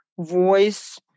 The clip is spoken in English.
voice